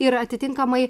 ir atitinkamai